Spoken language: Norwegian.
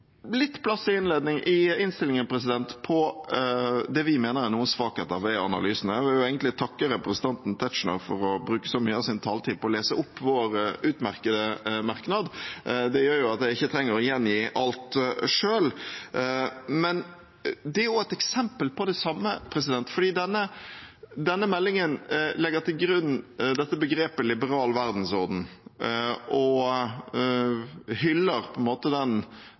plass i innstillingen på det vi mener er noen svakheter ved analysen. Jeg vil egentlig takke representanten Tetzschner for å bruke så mye av sin taletid på å lese opp vår utmerkede merknad. Det gjør jo at jeg ikke trenger å gjengi alt selv. Men det er også et eksempel på det samme, for denne meldingen legger til grunn begrepet «liberal verdensorden» og på en måte hyller den